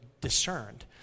discerned